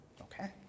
Okay